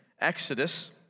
Exodus